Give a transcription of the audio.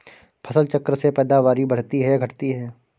फसल चक्र से पैदावारी बढ़ती है या घटती है?